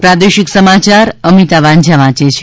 પ્રાદેશિક સમાયાર અમિતા વાંઝા વાંચે છે